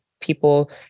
people